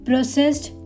Processed